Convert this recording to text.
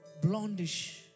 blondish